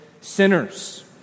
sinners